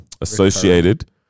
associated